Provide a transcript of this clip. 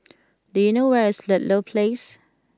do you know where is Ludlow Place